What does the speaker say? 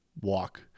Walk